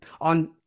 on